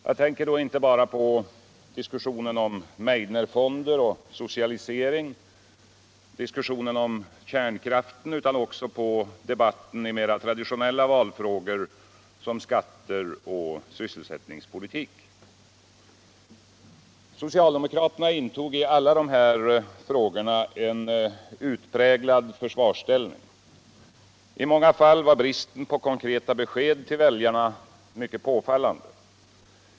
Jag tänker då inte bara på diskussionen om Meidnerfonder och socialisering samt om kärnkraften utan också på debatten i mera traditionella vallfrågor som skatter och sysselsättningspolitik. Socialdemokraterna intog i alla dessa frågor en utpräglad försvarsställning. I många fall var bristen på konkreta besked till viäljarna mycket påfallande.